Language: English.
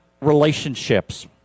relationships